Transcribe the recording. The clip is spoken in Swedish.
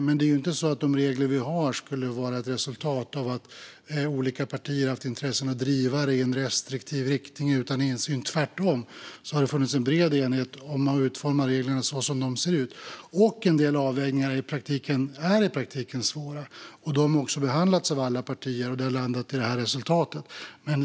Men det är ju inte så att de regler vi har skulle vara ett resultat av att olika partier haft intresse av att driva detta i en restriktiv riktning utan insyn. Tvärtom har det funnits en bred enighet om att utforma reglerna så som de ser ut. En del avvägningar är i praktiken svåra. De har behandlats av alla partier och har landat i det här resultatet.